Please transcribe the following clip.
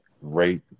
Rate